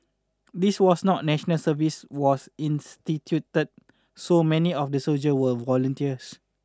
this was not national service was instituted so many of the soldier were volunteers